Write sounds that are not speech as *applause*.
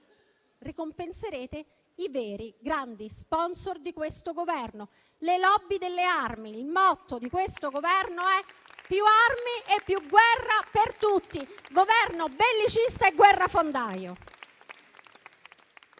ricompenserete i veri grandi *sponsor* di questo Governo: le *lobby* delle armi. Il motto di questo Governo è «più armi e più guerra per tutti». *applause* È un Governo bellicista e guerrafondaio.